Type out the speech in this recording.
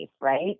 right